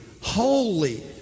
holy